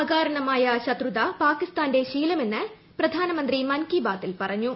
അകാരണമായ ശത്രുത പാകിസ്ഥാന്റെ ശീലമെന്ന് പ്രധാനമന്ത്രി മൻ കി ബാതിൽ പറഞ്ഞു